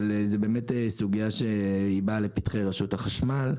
אבל זו סוגייה שבאה לפתחי רשות החשמל.